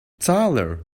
tyler